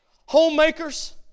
homemakers